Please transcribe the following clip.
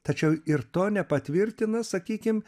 tačiau ir to nepatvirtina sakykim